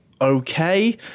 okay